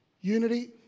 Unity